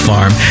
Farm